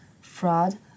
fraud